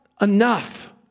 enough